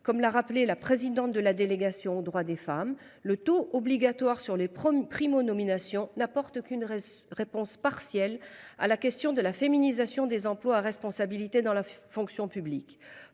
comme l'a rappelé la présidente de la délégation aux droits des femmes le taux obligatoire sur les premiers primo nomination n'apporte qu'une réponse partielle à la question de la féminisation des emplois à responsabilité dans la fonction publique